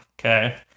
okay